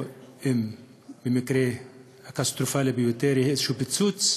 או אם במקרה קטסטרופלי ביותר יהיה איזה פיצוץ.